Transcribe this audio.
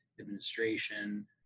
administration